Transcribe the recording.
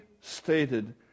stated